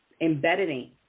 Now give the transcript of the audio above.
embedding